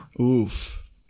Oof